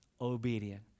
obedient